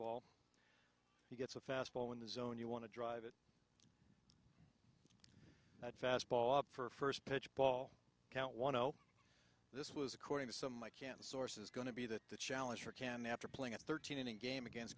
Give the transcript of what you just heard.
ball he gets a fastball in the zone you want to drive it that fastball up for first pitch ball count one zero this was according to some i can't source is going to be that the challenge for can after playing at thirteen in a game against